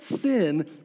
sin